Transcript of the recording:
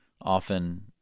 often